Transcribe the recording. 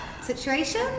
situation